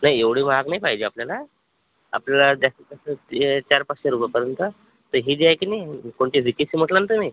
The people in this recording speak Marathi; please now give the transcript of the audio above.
नाही एवढी महाग नाही पाहिजे आपल्याला आपल्याला जास्तीत जास्त हे चार पाचशे रुपयापर्यंत ते हे जी आहे की नाही कोणती वि के सी म्हटलं ना तुम्ही